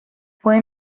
fue